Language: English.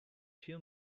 two